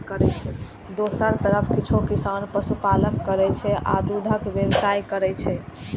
दोसर तरफ किछु किसान पशुपालन करै छै आ दूधक व्यवसाय करै छै